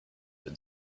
been